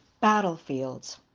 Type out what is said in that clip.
Battlefields